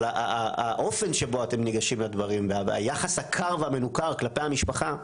אבל האופן שבו אתם ניגשים לדברים והיחס הקר והמנוכר כלפי המשפחה,